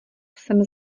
sem